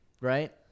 right